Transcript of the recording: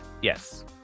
yes